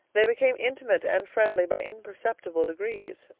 they became intimate and friendly by imperceptible degrees,